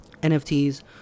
NFTs